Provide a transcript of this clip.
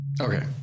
okay